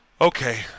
okay